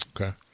Okay